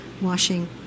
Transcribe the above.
washing